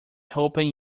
hoping